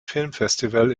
filmfestival